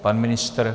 Pan ministr?